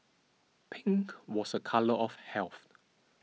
pink was a colour of health